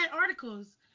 articles